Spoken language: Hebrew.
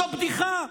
זאת בדיחה.